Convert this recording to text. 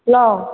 pulao